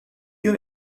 you